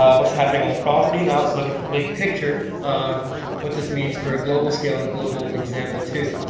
what's happening on the property, now let's look at the big picture, of what this means for a global scale, and a global example too.